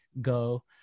go